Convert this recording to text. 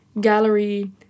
gallery